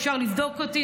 אפשר לבדוק אותי,